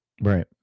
right